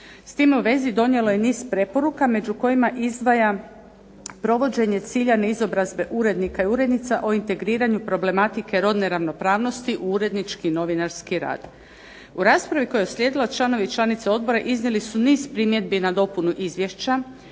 S time u vezi donijelo je niz preporuka među kojima izdvajam provođenje ciljane izobrazbe urednika i urednica o integriranju problematike rodne ravnopravnosti u urednički i novinarski rad. U raspravi koja je uslijedila članovi i članice odbora iznijeli su niz primjedbi na dopunu izvješća